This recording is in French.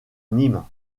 nîmes